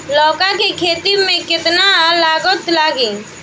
लौका के खेती में केतना लागत लागी?